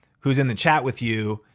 who's in the chat with you,